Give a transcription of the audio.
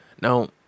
Now